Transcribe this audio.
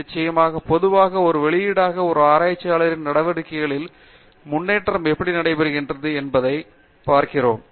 நிச்சயமாக பொதுவாக ஒரு வெளியீடாக ஒரு ஆராய்ச்சியாளர்களின் நடவடிக்கைகளில் முன்னேற்றம் எப்படி நடைபெறுகிறது என்பதைப் பார்க்கிறோம்